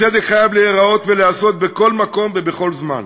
הצדק חייב להיראות ולהיעשות בכל מקום ובכל זמן.